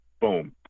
boom